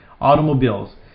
Automobiles